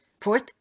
Fourth